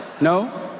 No